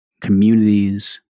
communities